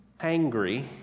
angry